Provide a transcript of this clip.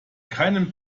keinem